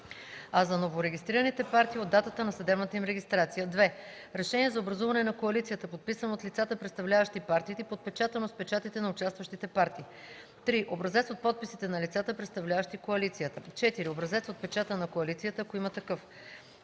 а за новорегистрираните партии – от датата на съдебната им регистрация; 2. решение за образуване на коалицията, подписано от лицата, представляващи партиите, и подпечатано с печатите на участващите партии; 3. образец от подписите на лицата, представляващи коалицията; 4. образец от печата на коалицията, ако има такъв;